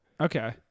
Okay